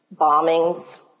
bombings